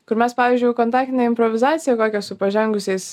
kur mes pavyzdžiui jau kontaktinę improvizaciją kokią su pažengusiais